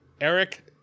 eric